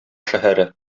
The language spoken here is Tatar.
шәһәре